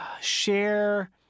share